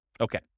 Okay